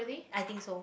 I think so